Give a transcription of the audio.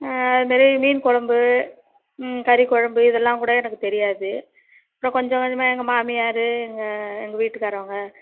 அதுமாரி மீன் குழம்பு கறி குழம்பு இதெல்லாம் கூட எனக்கு தெரியாது அப்புறோம் கொஞ்சம் கொஞ்சமாக எங்கள் மாமியார் எங்கள் எங்கள் வீட்டுக்காரவங்க